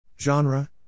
Genre